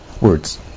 words